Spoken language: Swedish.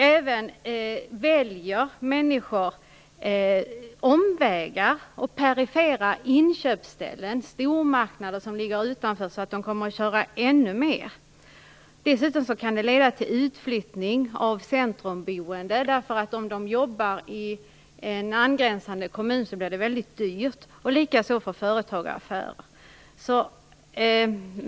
Människor väljer även omvägar och perifera inköpsställen, stormarknader som ligger utanför staden. De kommer att köra ännu mer. Dessutom kan det leda till utflyttning av centrumboende. Om man jobbar i en angränsande kommun blir det dyrt. Lika gäller för företagare och affärer.